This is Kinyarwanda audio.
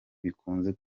bikunze